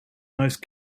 most